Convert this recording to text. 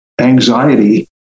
anxiety